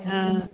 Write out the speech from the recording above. हा